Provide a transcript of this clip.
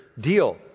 deal